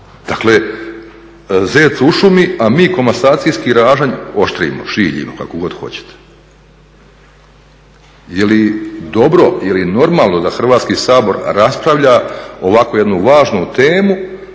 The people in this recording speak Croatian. Dakle zec u šumi, a mi komasacijski ražanj oštrimo, šiljimo, kako god hoćemo. Je li dobro, je li normalno da Hrvatski sabor raspravlja ovako jednu važnu temu,